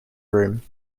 room